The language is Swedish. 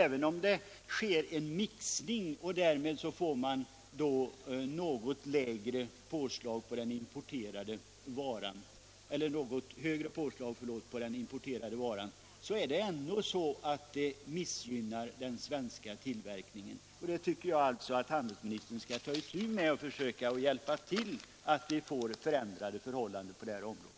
Även om det sker en mixning så att man får ett något högre påslag på den importerade varan, missgynnas den svenska tillverkningen. Jag tycker att handelsministern skall ta itu med detta och försöka bidra till en förändring av förhållandena på detta område.